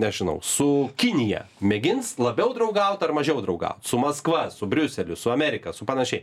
nežinau su kinija mėgins labiau draugaut ar mažiau draugaut su maskva su briuseliu su amerika su panašiai